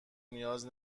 نیاز